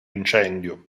incendio